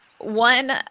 One